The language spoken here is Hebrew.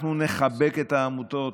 אנחנו נחבק את העמותות.